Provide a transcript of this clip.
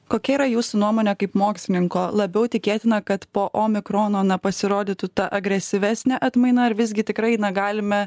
kokia yra jūsų nuomonė kaip mokslininko labiau tikėtina kad po omikrono na pasirodytų ta agresyvesnė atmaina ar visgi tikrai na galime